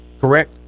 Correct